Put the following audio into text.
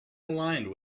aligned